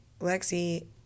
Lexi